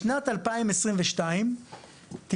בשנת 2022 טיפלנו